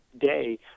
day